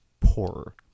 poorer